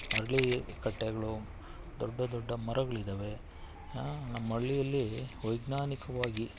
ಅರಳೀ ಕಟ್ಟೆಗಳು ದೊಡ್ಡ ದೊಡ್ಡ ಮರಗಳಿದ್ದಾವೆ ನಮ್ಮ ಹಳ್ಳಿಯಲ್ಲಿ ವೈಜ್ಞಾನಿಕವಾಗಿ